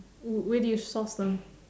where do you source them